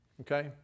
okay